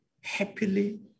happily